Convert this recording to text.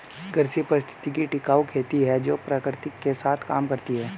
कृषि पारिस्थितिकी टिकाऊ खेती है जो प्रकृति के साथ काम करती है